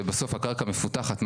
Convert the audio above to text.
ובסוף הקרקע מפותחת,